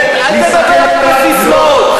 אל תדבר בססמאות.